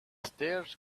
stairs